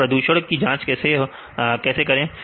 तो प्रदूषण को कैसे जाचे